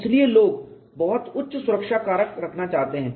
इसलिए लोग बहुत उच्च सुरक्षा कारक रखना चाहते हैं